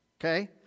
Okay